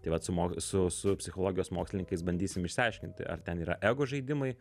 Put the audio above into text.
tai vat sumo su su psichologijos mokslininkais bandysim išsiaiškinti ar ten yra ego žaidimai